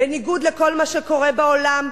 בניגוד לכל מה שקורה בעולם,